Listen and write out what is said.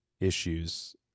issues